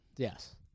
Yes